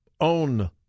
own